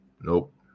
Nope